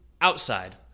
outside